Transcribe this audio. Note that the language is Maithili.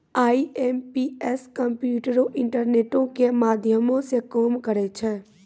आई.एम.पी.एस कम्प्यूटरो, इंटरनेटो के माध्यमो से काम करै छै